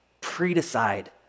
Pre-decide